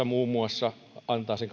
muun muassa energiewende saksassa antaa sen